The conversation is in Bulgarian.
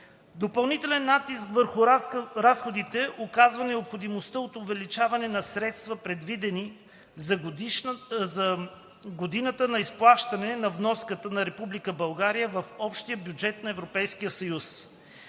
Допълнителен натиск върху разходите оказва необходимостта от увеличение на средствата, предвидени за годината за изплащане на вноската на Република България в общия бюджет на